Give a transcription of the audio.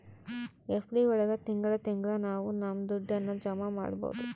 FD ಒಳಗ ತಿಂಗಳ ತಿಂಗಳಾ ನಾವು ನಮ್ ದುಡ್ಡನ್ನ ಜಮ ಮಾಡ್ಬೋದು